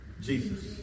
Jesus